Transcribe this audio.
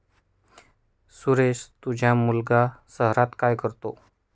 सुरेश तुझा मुलगा शहरात काय करतो